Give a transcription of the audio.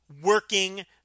working